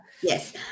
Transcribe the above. yes